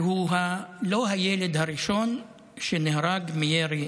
והוא לא הילד הראשון שנהרג מירי